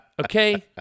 okay